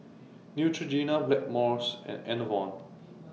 Neutrogena Blackmores and Enervon